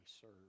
serve